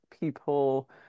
people